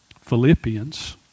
Philippians